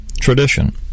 tradition